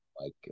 like-